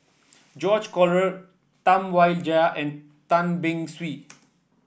George Collyer Tam Wai Jia and Tan Beng Swee